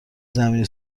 زمینی